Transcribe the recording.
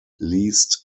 leased